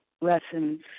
lessons